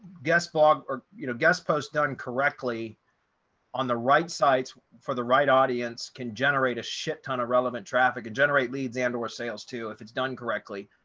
guest blog or you know, guest posts done correctly on the right sites for the right audience can generate a shit ton of relevant traffic and generate leads and or sales to if it's done correctly.